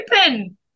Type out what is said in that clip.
open